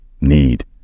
need